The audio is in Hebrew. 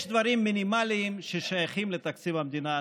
יש דברים מינימליים ששייכים לתקציב המדינה הנוכחי.